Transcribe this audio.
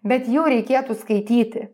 bet jau reikėtų skaityti